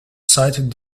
cited